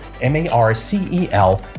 M-A-R-C-E-L